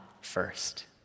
first